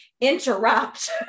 interrupt